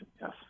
yes